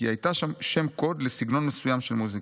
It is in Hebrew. כי היא הייתה שם קוד לסגנון מסוים של מוזיקה.